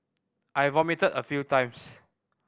I vomited a few times